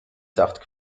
saft